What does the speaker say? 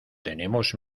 tenemos